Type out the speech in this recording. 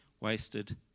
wasted